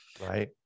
Right